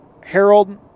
Harold